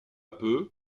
peu